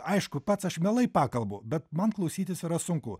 aišku pats aš mielai pakalbu bet man klausytis yra sunku